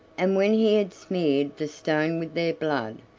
and when he had smeared the stone with their blood,